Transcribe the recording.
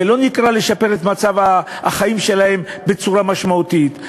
זה לא נקרא לשפר את מצב החיים שלהם בצורה משמעותית.